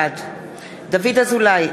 בעד דוד אזולאי,